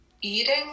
eating